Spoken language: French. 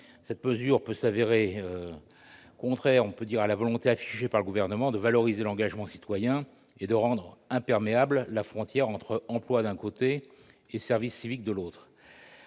Cette mesure peut s'avérer contraire à la volonté affichée par le Gouvernement de valoriser l'engagement citoyen et de rendre imperméable la frontière entre emploi, d'un côté, et service civique, de l'autre.